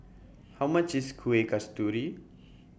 How much IS Kueh Kasturi